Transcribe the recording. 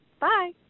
Bye